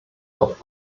auf